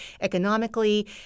economically